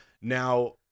Now